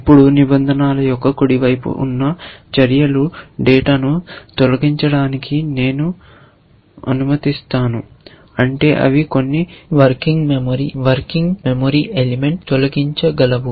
ఇప్పుడు నిబంధనల యొక్క కుడి వైపున ఉన్న చర్యలు డేటాను తొలగించడానికి నేను అనుమతిస్తాను అంటే అవి కొన్ని వర్కింగ్ మెమరీ ఎలిమెంట్ తొలగించగలవు